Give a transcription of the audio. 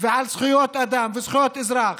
ועל זכויות אדם וזכויות אזרח.